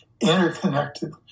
interconnected